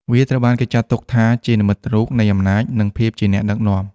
វាត្រូវបានគេចាត់ទុកថាជានិមិត្តរូបនៃអំណាច និងភាពជាអ្នកដឹកនាំ។